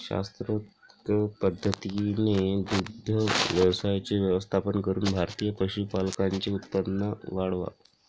शास्त्रोक्त पद्धतीने दुग्ध व्यवसायाचे व्यवस्थापन करून भारतीय पशुपालकांचे उत्पन्न वाढवा